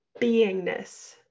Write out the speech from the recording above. beingness